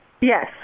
Yes